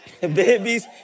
Babies